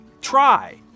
try